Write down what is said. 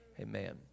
Amen